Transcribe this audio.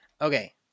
okay